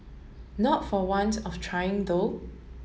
not for want of trying though